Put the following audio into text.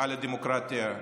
על הדמוקרטיה,